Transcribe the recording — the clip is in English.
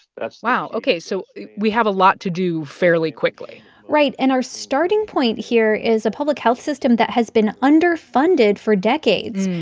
that's. wow. ok. so we have a lot to do fairly quickly right, and our starting point here is a public health system that has been underfunded for decades.